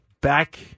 back